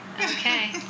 Okay